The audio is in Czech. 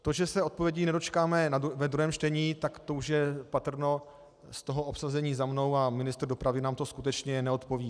To, že se odpovědí nedočekáme ve druhém čtení, tak to už je patrno z toho obsazení za mnou a ministr dopravy nám to skutečně neodpoví.